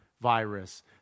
virus